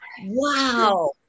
wow